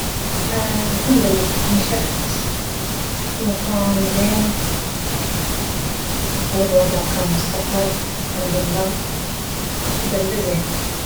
الحمدلله نشأت في مكان زين والوضع كان مستقر والحمدلله في بلدة زينة